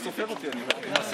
נבחן אותך,